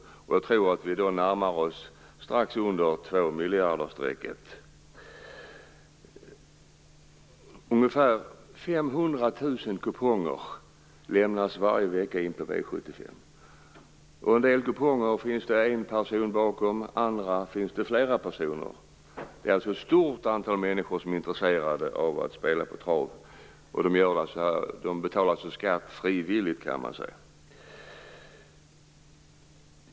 Jag tror att man då kommer strax under 2-miljardersstrecket. Ungefär 500 000 kuponger lämnas varje vecka in på V 75. En del kuponger finns det en person bakom, och andra finns det flera personer bakom. Det är alltså ett stort antal människor som är intresserade av att spela på trav, och man kan säga att de betalar skatt frivilligt.